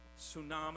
tsunami